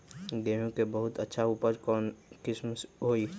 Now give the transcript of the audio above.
गेंहू के बहुत अच्छा उपज कौन किस्म होई?